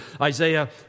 Isaiah